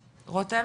רותם.